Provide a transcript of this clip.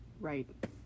right